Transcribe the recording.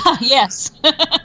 Yes